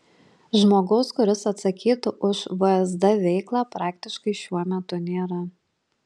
žmogaus kuris atsakytų už vsd veiklą praktiškai šiuo metu nėra